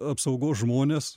apsaugos žmones